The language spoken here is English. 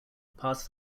past